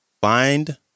Find